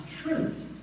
truth